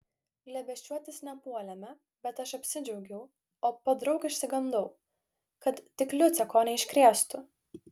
glėbesčiuotis nepuolėme bet aš apsidžiaugiau o podraug išsigandau kad tik liucė ko neiškrėstų